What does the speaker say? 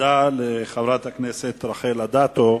תודה לחברת הכנסת רחל אדטו,